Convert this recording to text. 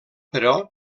però